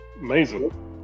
amazing